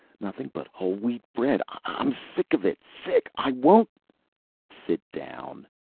nothing but whole wheat bread! i'm sick of it sick! i won't sit down!